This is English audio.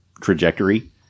trajectory